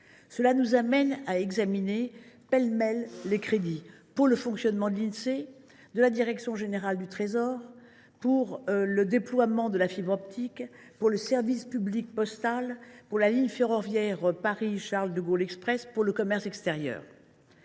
Cela nous amène à examiner pêle mêle les crédits pour le fonctionnement de l’Insee, de la direction générale du Trésor, pour le déploiement de la fibre optique, pour le service public postal, pour la ligne ferroviaire Paris Charles de Gaulle Express, pour le commerce extérieur